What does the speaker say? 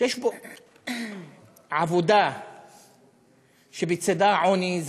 שיש בו עבודה שבצדה עוני.